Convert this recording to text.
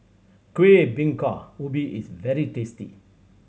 Kueh Bingka Ubi is very tasty